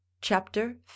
CHAPTER